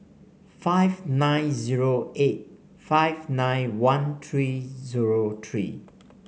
five nine zero eight five nine one three zero three